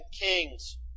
Kings